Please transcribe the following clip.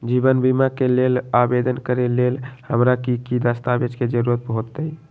जीवन बीमा के लेल आवेदन करे लेल हमरा की की दस्तावेज के जरूरत होतई?